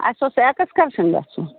اَسہِ اوس ایٚکٕسکرٛشَن گژھُن